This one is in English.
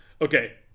okay